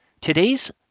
Today's